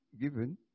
given